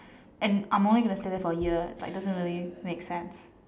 and I'm only going to stay there for a year like it doesn't really make sense